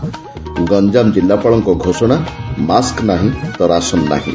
ଗଞ୍ଞାମ ଜିଲ୍ଲାପାଳଙ୍କ ଘୋଷଣା ମାସ୍କ ନାହିଁ ତ ରାସନ ନାହିଁ